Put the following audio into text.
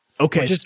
Okay